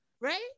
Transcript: Right